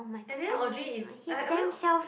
and then Audrey is uh I mean